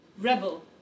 Rebel